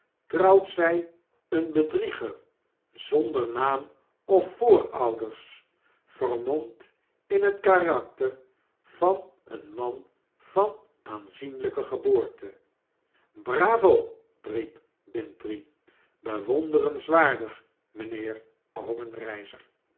trouwt zg een bedrieger zonder naam of voorouders vermomd in het karakter van een man van aanzienlijke geboorte bravo riep bintrey bewonderenswaardig